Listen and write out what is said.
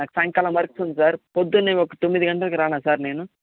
నాకు సాయంకాలం వర్క్ ఉంది సార్ పొద్దున్నే ఒక తొమ్మిది గంటలకి రానా సార్ నేను